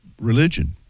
religion